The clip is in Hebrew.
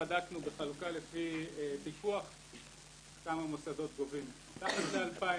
בדקנו בחלוקה לפי טיפוח כמה מוסדות גובים מתחת ל-2,000,